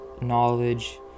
knowledge